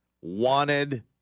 wanted